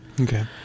okay